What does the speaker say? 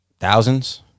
thousands